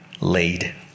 laid